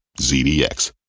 ZDX